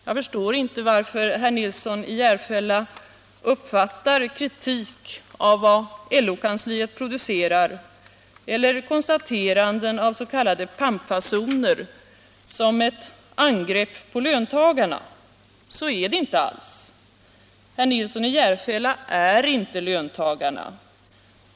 Jag förstår inte varför herr Nilsson uppfattar kritik av vad LO-kansliet producerar eller konstateranden av s.k. pampfasoner som ett angrepp på löntagarna. Så är det inte alls. Herr Nilsson i Järfälla är inte löntagarna.